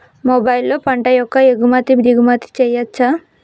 మొబైల్లో పంట యొక్క ఎగుమతి దిగుమతి చెయ్యచ్చా?